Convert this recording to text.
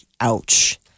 Ouch